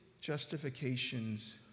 justification's